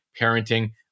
parenting